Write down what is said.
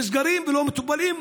נסגרים ולא מטופלים.